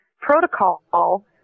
protocol